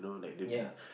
ya